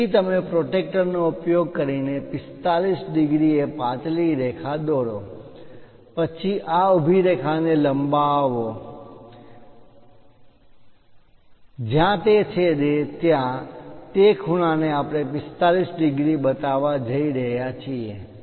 તેથી તમે પ્રોટેક્ટર નો ઉપયોગ કરીને 45 ડિગ્રી એ પાતળી રેખા દોરો પછી આ ઊભી રેખા ને લંબાવો પ્રોજેક્ટ project કરો જ્યાં તે છેદે ત્યાં તે ખૂણાને આપણે 45 ડિગ્રી બતાવવા જઈ રહ્યા છીએ